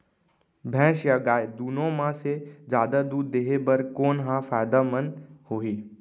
भैंस या गाय दुनो म से जादा दूध देहे बर कोन ह फायदामंद होही?